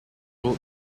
road